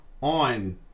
on